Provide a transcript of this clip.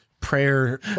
prayer